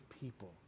people